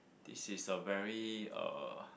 this is a very uh